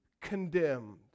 condemned